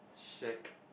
shack